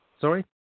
Sorry